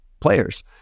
players